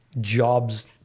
jobs